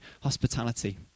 hospitality